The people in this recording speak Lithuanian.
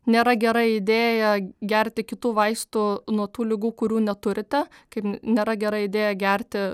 nėra gera idėja gerti kitų vaistų nuo tų ligų kurių neturite kaip nėra gera idėja gerti